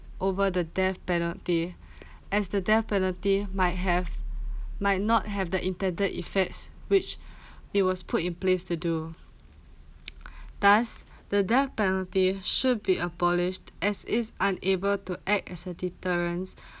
over the death penalty as the death penalty might have might not have the intended effects which it was put in place to do thus the death penalty should be abolished as it's unable to act as a deterrence